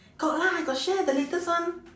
got lah got share the latest one